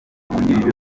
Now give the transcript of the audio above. uwungirije